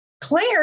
Claire